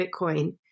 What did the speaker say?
Bitcoin